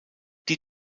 die